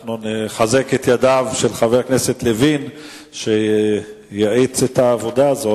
אנחנו נחזק את ידיו של חבר הכנסת לוין שיאיץ את העבודה הזאת,